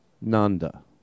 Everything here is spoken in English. Nanda